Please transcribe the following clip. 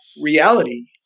reality